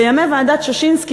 בימי ועדת ששינסקי,